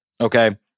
Okay